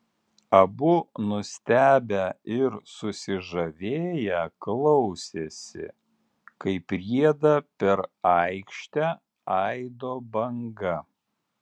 abu nustebę ir susižavėję klausėsi kaip rieda per aikštę aido banga